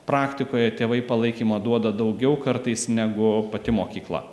praktikoje tėvai palaikymo duoda daugiau kartais negu pati mokykla